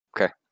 Okay